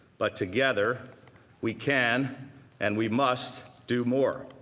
but together we can and we must do more.